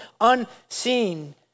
unseen